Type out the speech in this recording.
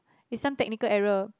it's some technical error